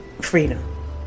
freedom